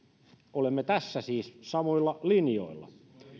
olemme tässä siis samoilla linjoilla